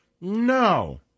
No